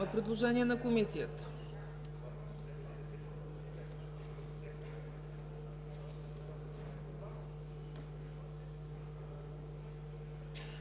предложението на Комисията